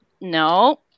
No